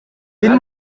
энэ